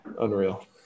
unreal